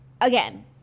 again